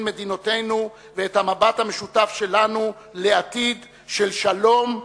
מדינותינו ואת המבט המשותף שלנו לעתיד של שלום,